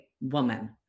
woman